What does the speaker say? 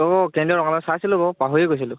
অ'কেন্দ্ৰীয় ৰঙালী চাইছিলোঁ বাৰু পাহৰিয়ে গৈছিলোঁ